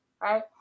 right